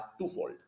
twofold